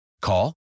Call